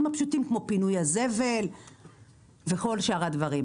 הפשוטים כמו פינוי הזבל וכל שאר הדברים.